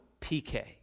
PK